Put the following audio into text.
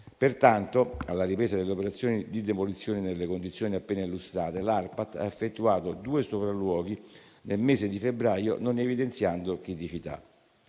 Pertanto, alla ripresa delle operazioni di demolizione nelle condizioni appena illustrate, l'ARPAT ha effettuato due sopralluoghi nel mese di febbraio, non evidenziando criticità.